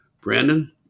Brandon